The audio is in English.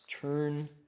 turn